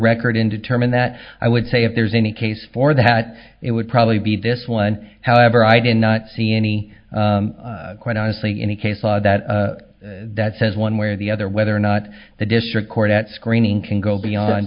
record it in determine that i would say if there's any case for that it would probably be this one however i did not see any quite honestly any case law that that says one way or the other whether or not the district court at screening can go beyond